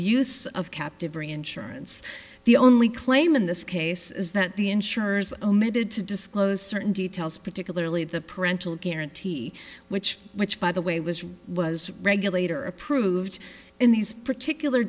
use of captive reinsurance the only claim in this case is that the insurers omitted to disclose certain details particularly the parental guarantee which which by the way was was regulator approved in these particular